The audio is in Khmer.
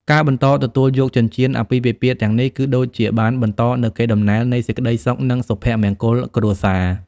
ការបន្តទទួលយកចិញ្ចៀនអាពាហ៍ពិពាហ៍ទាំងនេះ គឺដូចជាបានបន្តនូវ កេរដំណែលនៃសេចក្ដីសុខ និង សុភមង្គលគ្រួសារ។